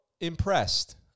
impressed